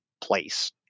place